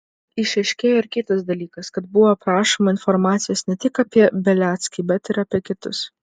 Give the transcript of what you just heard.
išaiškėjo ir kitas dalykas kad buvo prašoma informacijos ne tik apie beliackį bet ir apie kitus